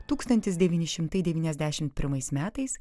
tūkstantis devyni šimtai devyniasdešimt pirmais metais